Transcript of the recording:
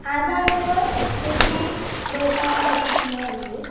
आदावेव केचन दोषाः तत्र सम्भवन्ति